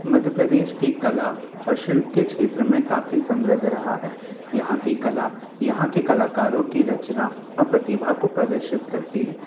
मध्य प्रदेश की कला और शिल्प के क्षेत्र में काफ़ी समृद्ध रहा है यहाँ के कला यहाँ के कलाकारों की रचना और प्रतिभा को प्रदर्शित करती है